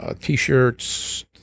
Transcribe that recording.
T-shirts